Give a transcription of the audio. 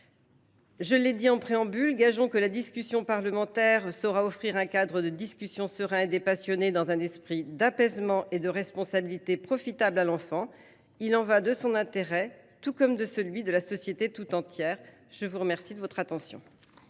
Je l’ai dit en préambule, gageons que les débats parlementaires sauront offrir un cadre de discussion serein et dépassionné, dans un esprit d’apaisement et de responsabilité profitable à l’enfant. Il y va de son intérêt comme de celui de la société tout entière. La parole est à Mme le rapporteur.